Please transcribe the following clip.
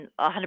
100%